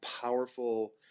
powerful